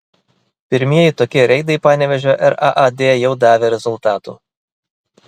pirmieji tokie reidai panevėžio raad jau davė rezultatų